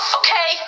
okay